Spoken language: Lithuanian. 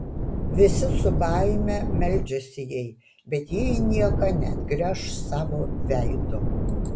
visi su baime meldžiasi jai bet ji į nieką neatgręš savo veido